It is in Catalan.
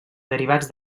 derivats